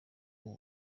ubu